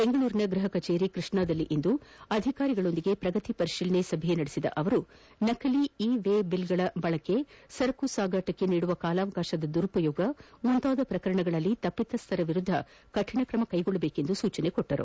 ಬೆಂಗಳೂರಿನ ಗೃಹ ಕಛೇರಿ ಕೃಷ್ಣಾದಲ್ಲಿಂದು ಅಧಿಕಾರಿಗಳೊಡನೆ ಪ್ರಗತಿ ಪರಿಶೀಲನಾ ಸಭೆ ನಡೆಸಿದ ಅವರು ನಕಲಿ ಇ ವೇ ಬಿಲ್ಗಳ ಬಳಕೆ ಸರಕು ಸಾಗಾಣಿಕೆಗೆ ನೀಡುವ ಕಾಲಾವಕಾಶದ ದುರುಪಯೋಗ ಮುಂತಾದ ಪ್ರಕರಣಗಳಲ್ಲಿ ತಪ್ಪಿತಸ್ಥರ ವಿರುದ್ದ ಕಟ್ಟುನಿಟ್ಟಿನ ಕ್ರಮ ಕೈಗೊಳ್ಳುವಂತೆ ಸೂಚಿಸಿದರು